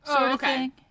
okay